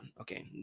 Okay